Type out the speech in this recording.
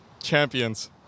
champions